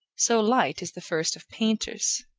so light is the first of painters.